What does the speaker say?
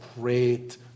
great